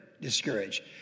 discouraged